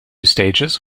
stages